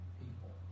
people